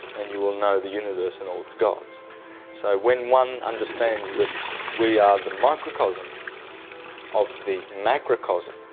and you will know the universe and all its gods. so when one understand that we are the microcosm of the macrocosm,